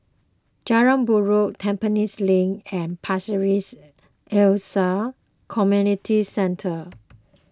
Jalan Buroh Tampines Link and Pasir Ris Elias Community Center